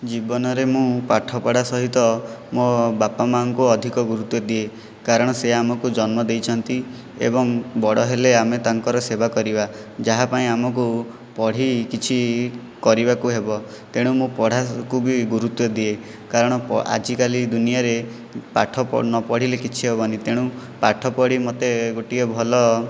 ଜୀବନରେ ମୁଁ ପାଠ ପଢ଼ା ସହିତ ମୋ' ବାପା ମାଙ୍କୁ ଅଧିକ ଗୁରୁତ୍ଵ ଦିଏ କାରଣ ସେ ଆମକୁ ଜନ୍ମ ଦେଇଛନ୍ତି ଏବଂ ବଡ଼ ହେଲେ ଆମେ ତାଙ୍କର ସେବା କରିବା ଯାହା ପାଇଁ ଆମକୁ ପଢ଼ି କିଛି କରିବାକୁ ହେବ ତେଣୁ ମୁଁ ପଢ଼ାକୁ ବି ଗୁରୁତ୍ଵ ଦିଏ କାରଣ ଆଜିକାଲି ଦୁନିଆରେ ପାଠ ନପଢ଼ିଲେ କିଛି ହେବନାହିଁ ତେଣୁ ପାଠ ପଢ଼ି ମୋତେ ଗୋଟିଏ ଭଲ